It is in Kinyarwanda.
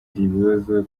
ikibazo